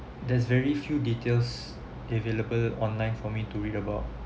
there's very few details available online for me to read about